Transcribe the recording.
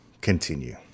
continue